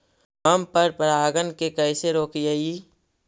हम पर परागण के कैसे रोकिअई?